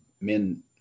Men